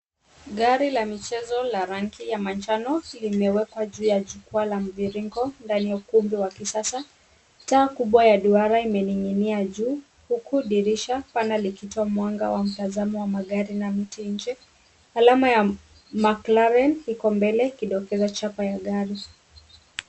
Gari la michezo ya rangi ya manjano limewekwa juu ya jukwaa la mviringo ndani ya ukumbi wa kisasa. Taa kubwa ya duara imening'inia juu huku dirisha pana likitoa mwanga wa mtazamo wa magari na miti nje. Alama ya Mclaren iko mbele kidokezo chapo ya gari.